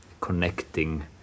connecting